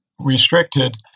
restricted